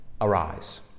arise